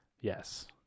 yes